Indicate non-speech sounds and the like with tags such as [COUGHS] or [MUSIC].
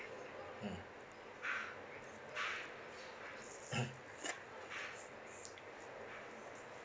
mm [COUGHS]